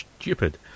stupid